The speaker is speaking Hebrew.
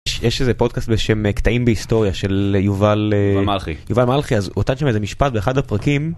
יש איזה פודקאסט בשם "קטעים בהיסטוריה" של יובל אה... -מלחי. -יובל מלחי, אז הוא נתן שם איזה משפט באחד הפרקים.